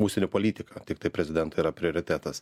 užsienio politiką tiktai prezidentui yra prioritetas